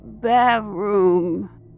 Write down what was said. bathroom